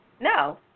No